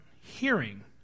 hearing